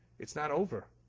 it's not over,